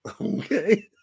Okay